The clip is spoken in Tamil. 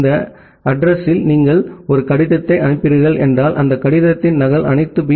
இந்த அட்ரஸிங்யால் நீங்கள் ஒரு கடிதத்தை அனுப்புகிறீர்கள் என்றால் அந்த கடிதத்தின் நகல் அனைத்து பி